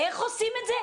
איך עושים את זה?